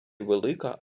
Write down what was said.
велика